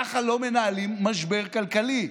ככה לא מנהלים משבר כלכלי.